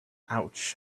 ouch